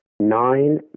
nine